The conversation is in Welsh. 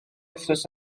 wythnos